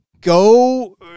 go